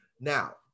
Now